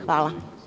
Hvala.